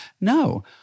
No